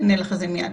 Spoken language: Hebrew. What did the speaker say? אוקיי.